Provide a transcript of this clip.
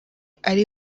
ari